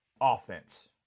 offense